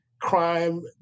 crime